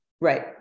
Right